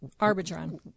Arbitron